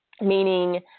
meaning